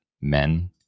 men